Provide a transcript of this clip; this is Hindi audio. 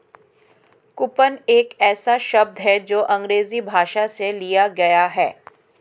कूपन एक ऐसा शब्द है जो अंग्रेजी भाषा से लिया गया है